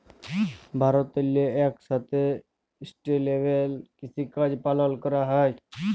ভারতেল্লে ইকসাথে সাস্টেলেবেল কিসিকাজ পালল ক্যরা হ্যয়